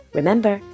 Remember